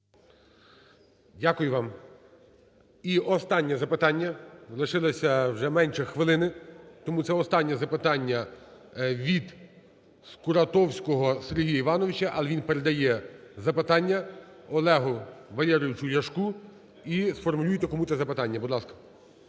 Дякую вам. І останнє запитання. Лишилося вже менше хвилини, тому це останнє запитання від Скуратовського Сергія Івановича, але він передає запитання Олегу Валерійовичу Ляшку. І сформулюйте, кому це запитання, будь ласка.